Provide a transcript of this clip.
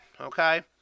Okay